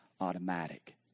automatic